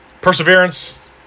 perseverance